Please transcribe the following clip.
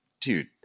dude